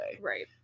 right